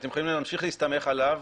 אתם יכולים להסתמך עליו,